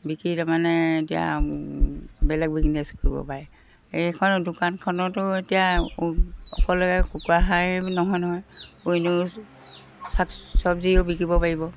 বিকি তাৰমানে এতিয়া বেলেগ বিজনেছ কৰিব পাৰে এইখন দোকানখনতো এতিয়া অকলে কুকুৰা হাঁহে নহয় নহয় আন শাক চব্জিও বিকিব পাৰিব